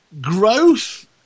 Growth